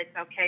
okay